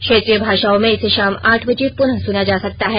क्षेत्रीय भाषाओं में इसे शाम आठ बजे पुनः सुना जा सकता है